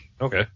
Okay